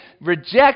reject